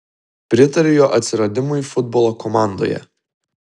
pritariu jo atsiradimui futbolo komandoje